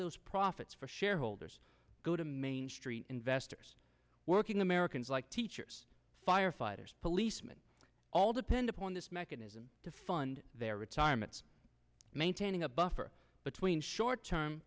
those profits for shareholders go to main street investors working americans like teachers firefighters policemen all depend upon this mechanism to fund their retirements maintaining a buffer between short term